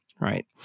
right